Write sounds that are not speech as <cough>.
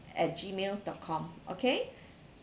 at gmail dot com okay <breath>